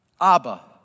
Abba